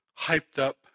hyped-up